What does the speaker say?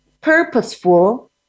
purposeful